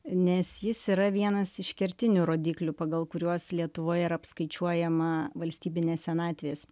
nes jis yra vienas iš kertinių rodiklių pagal kuriuos lietuvoj yra apskaičiuojama valstybinė senatvės